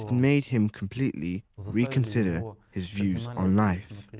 made him completely reconsider his views on life,